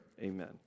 Amen